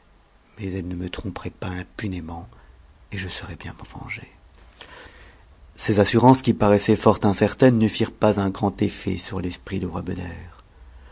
mais elle ne me tromperait pas imnt iëment et je saurais bien m'en venger ces assurances qui paraissaient fort incertaines ne firent pas un grand effet sur l'esprit du